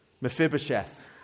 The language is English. Mephibosheth